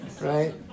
Right